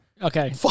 Okay